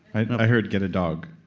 i heard get a dog